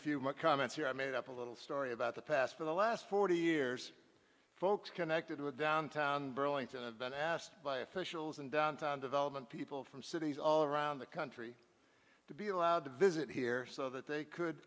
a few more comments here i made up a little story about the past for the last forty years folks connected with downtown burlington i've been asked by officials in downtown development people from cities all around the country to be allowed to visit here so that they could